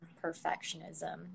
perfectionism